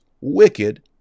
wicked